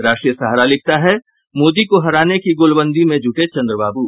राष्ट्रीय सहारा लिखता है मोदी को हराने की गोलबंदी में जुटे चंद्राबाबू